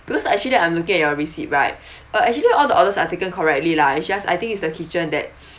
because actually I'm looking at your receipt right uh actually all the orders are taken correctly lah it's just I think it's the kitchen that